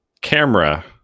camera